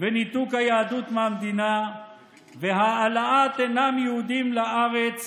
וניתוק היהדות מהמדינה והעלאת מי שאינם יהודים לארץ